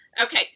Okay